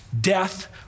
death